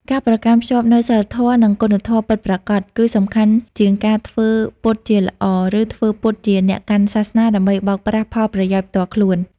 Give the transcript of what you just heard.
ការប្រកាន់ខ្ជាប់នូវសីលធម៌ និងគុណធម៌ពិតប្រាកដ គឺសំខាន់ជាងការធ្វើពុតជាល្អ ឬធ្វើពុតជាអ្នកកាន់សាសនាដើម្បីបោកប្រាស់ផលប្រយោជន៍ផ្ទាល់ខ្លួន។